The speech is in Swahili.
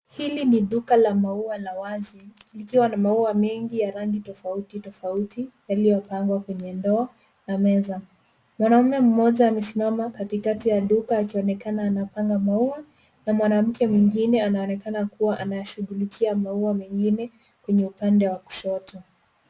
Hili ni duka la maua la wazi, likiwa na maua mengi ya rangi tofauti-tofauti, yaliyopangwa kwenye ndoo na meza. Mwanamume mmoja amesimama katikati ya duka, akionekana akipanga maua, na mwanamke mwingine anaonekana akishughulikia maua mengine kwenye upande wa kushoto.